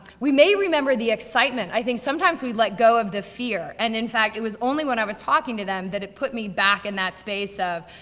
we may remember the excitement. i think sometimes we let go of the fear, and in fact, it was only when i was talking to them, that it put me back in that space of,